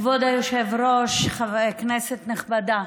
כבוד היושב-ראש, כנסת נכבדה,